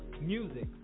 music